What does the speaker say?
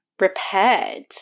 repaired